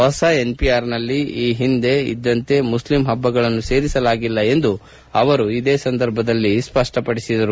ಹೊಸ ಎನ್ಪಿಆರ್ನಲ್ಲಿ ಈ ಹಿಂದೆ ಇದ್ದಂತೆ ಮುಸ್ಲಿಮ್ ಹಬ್ಲಗಳನ್ನು ಸೇರಿಸಲಾಗಿಲ್ಲ ಎಂದು ಅವರು ಸ್ವಪ್ಪಪಡಿಸಿದರು